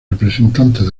representantes